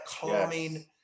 calming